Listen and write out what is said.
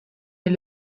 est